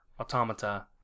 Automata